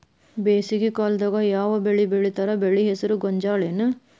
ಬೇಸಿಗೆ ಕಾಲದಾಗ ಯಾವ್ ಬೆಳಿ ಬೆಳಿತಾರ, ಬೆಳಿ ಹೆಸರು ಗೋಂಜಾಳ ಏನ್?